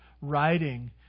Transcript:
writing